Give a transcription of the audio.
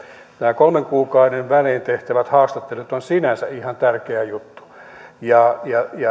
nämä kolmen kuukauden välein tehtävät haastattelut ovat sinänsä ihan tärkeä juttu